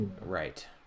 right